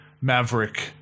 maverick